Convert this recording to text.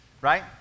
right